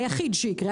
היחיד שיקרה,